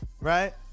right